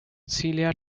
celia